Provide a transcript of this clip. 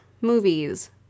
movies